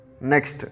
next